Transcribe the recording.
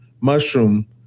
mushroom